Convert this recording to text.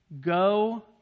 go